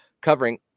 covering